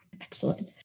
Excellent